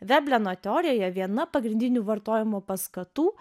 vebleno teorijoje viena pagrindinių vartojimo paskatų